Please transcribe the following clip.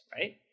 right